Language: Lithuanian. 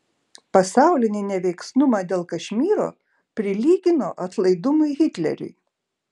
pasaulinį neveiksnumą dėl kašmyro prilygino atlaidumui hitleriui